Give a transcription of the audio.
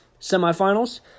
semifinals